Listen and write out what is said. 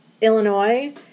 Illinois